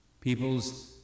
Peoples